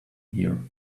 here